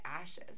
ashes